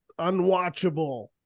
unwatchable